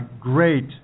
great